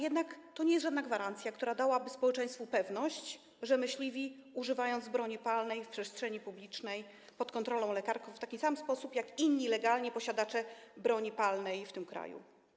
Jednak to nie jest żadna gwarancja, która dałaby społeczeństwu pewność, że myśliwi używający broni palnej w przestrzeni publicznej są pod kontrolą lekarską w taki sam sposób jak inni legalni posiadacze broni palnej w tym kraju.